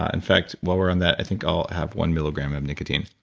ah in fact while we're on that, i think i'll have one milligram of nicotine.